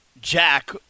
Jack